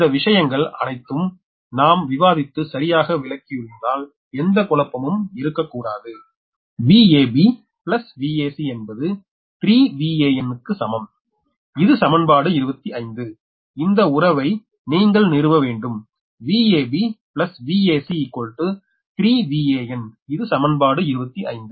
இந்த விஷயங்கள் அனைத்தும் நாம் விவாதித்து சரியாக விளக்கியுள்ளதால் எந்த குழப்பமும் இருக்கக்கூடாது Vab Vac என்பது 3 Van க்கு சமம் இது சமன்பாடு 25 இந்த உறவை நீங்கள் நிறுவ வேண்டும் Vab Vac 3 Van இது சமன்பாடு 25